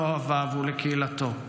לאוהביו ולקהילתו.